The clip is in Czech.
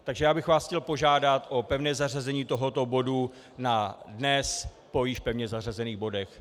Takže já bych vás chtěl požádat o pevné zařazení tohoto bodu na dnes po již pevně zařazených bodech.